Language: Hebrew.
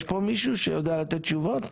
יש פה מישהו שיודע לתת תשובות?